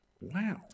Wow